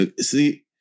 See